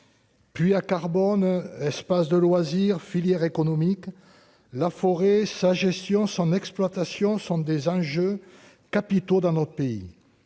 Puits à carbone espace de loisirs filières économiques la forêt sa gestion, son exploitation sont des enjeux capitaux dans notre pays,